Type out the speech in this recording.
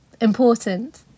important